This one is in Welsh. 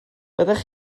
fyddech